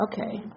Okay